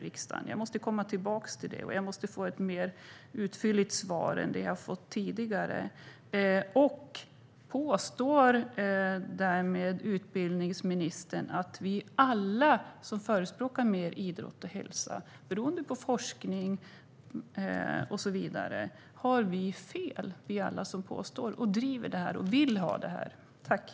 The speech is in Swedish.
Jag måste komma tillbaka till detta och få ett mer utförligt svar än det jag fick tidigare. Jag vill också fråga: Påstår utbildningsministern att alla vi som, beroende på forskning och annat, förespråkar mer idrott och hälsa har fel? Har vi som driver detta och vill ha detta fel?